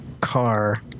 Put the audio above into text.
Car